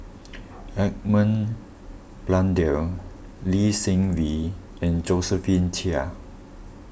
Edmund Blundell Lee Seng Wee and Josephine Chia